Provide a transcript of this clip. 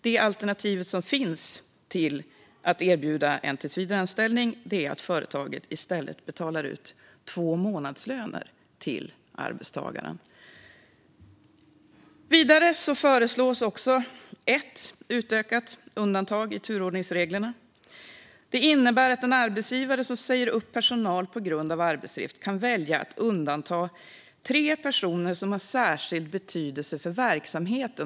Det alternativ som finns till att erbjuda en tillsvidareanställning är att företaget i stället betalar ut två månadslöner till arbetstagaren. Vidare föreslås också ett utökat undantag i turordningsreglerna. Det innebär att en arbetsgivare som säger upp personal på grund av arbetsbrist kan välja att undanta tre personer som har särskild betydelse för verksamheten.